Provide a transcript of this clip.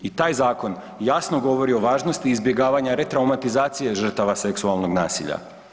I taj zakon jasno govori o važnosti izbjegavanja retraumatizacije žrtava seksualnog nasilja.